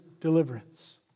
deliverance